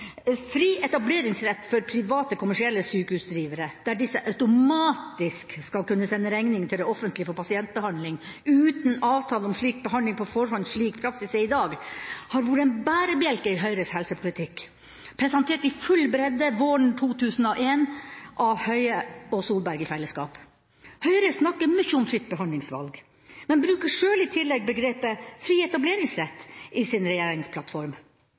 Fri etableringsrett for private kommersielle sykehusdrivere, der disse automatisk skal kunne sende regning til det offentlige for pasientbehandling – uten avtale om slik behandling på forhånd, slik praksis er i dag – har vært en bærebjelke i Høyres helsepolitikk, presentert i full bredde våren 2011 av Høie og Solberg i fellesskap. Høyre snakker mye om «fritt behandlingsvalg», men bruker sjøl i tillegg begrepet «fri etableringsrett» i sin regjeringsplattform.